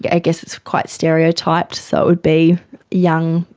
i guess it's quite stereotyped so it would be young,